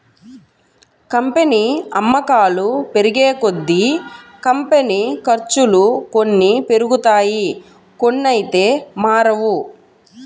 company అమ్మకాలు పెరిగేకొద్దీ, company ఖర్చులు కొన్ని పెరుగుతాయి కొన్నైతే మారవు